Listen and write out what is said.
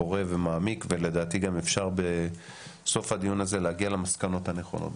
פורה ומעמיק ולדעתי גם אפשר בסוף הדיון הזה להגיע למסקנות הנכונות.